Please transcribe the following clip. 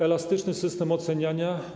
Elastyczny system oceniania?